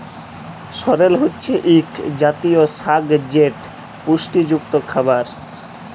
সরেল হছে ইক জাতীয় সাগ যেট পুষ্টিযুক্ত খাবার